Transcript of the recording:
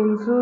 Inzu